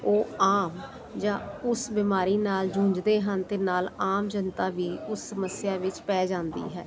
ਉਹ ਆਮ ਜਾਂ ਉਸ ਬਿਮਾਰੀ ਨਾਲ ਜੂਝਦੇ ਹਨ ਅਤੇ ਨਾਲ ਆਮ ਜਨਤਾ ਵੀ ਉਸ ਸਮੱਸਿਆ ਵਿੱਚ ਪੈ ਜਾਂਦੀ ਹੈ